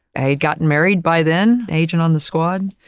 i had gotten married by then, agent on the squad.